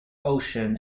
ocean